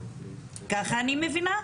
ככה אני מבינה.